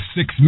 Six